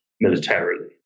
militarily